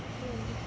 mm